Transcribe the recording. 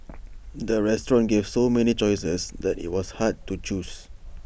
the restaurant gave so many choices that IT was hard to choose